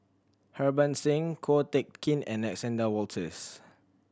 Harbans Singh Ko Teck Kin and Alexander Wolters